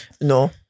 No